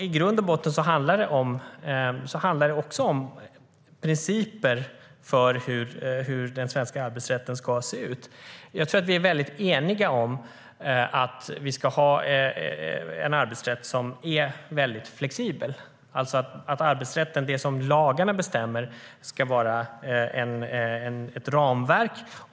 I grund och botten handlar det om principer för hur den svenska arbetsrätten ska se ut. Vi är eniga om att arbetsrätten ska vara flexibel. Det som lagarna bestämmer ska vara ett ramverk.